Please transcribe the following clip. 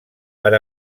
per